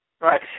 right